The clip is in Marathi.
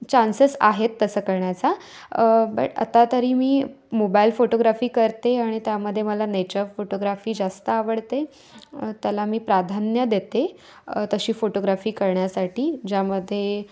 चान्सेस आहेत तसं करण्याचा बट आता तरी मी मोबाईल फोटोग्राफी करते आणि त्यामध्ये मला नेचर फोटोग्राफी जास्त आवडते त्याला मी प्राधान्य देते तशी फोटोग्राफी करण्यासाठी ज्यामध्ये